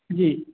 जी